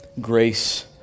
Grace